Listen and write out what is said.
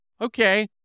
okay